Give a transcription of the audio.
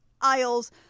aisles